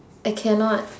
I cannot